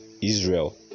israel